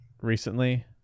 recently